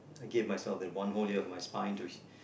I gave myself the one whole year for my spine to